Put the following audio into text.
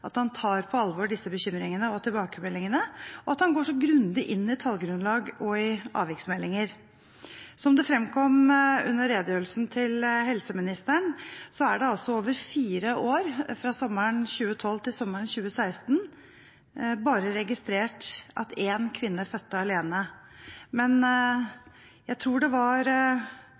at han tar på alvor disse bekymringene og tilbakemeldingene, og at han går så grundig inn i tallgrunnlag og i avviksmeldinger. Som det fremkom under redegjørelsen til helseministeren, er det over fire år, fra sommeren 2012 til sommeren 2016, bare registrert at én kvinne fødte alene, men jeg tror det var